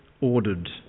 ordered